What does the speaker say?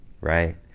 right